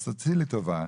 אז תעשי לי טובה,